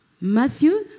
Matthew